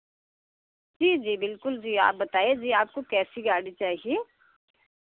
जी जी बिल्कुल जी आप बताएँ जी आपको कैसी गाड़ी चाहिए